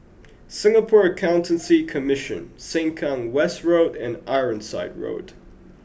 Singapore Accountancy Commission Sengkang West Road and Ironside Road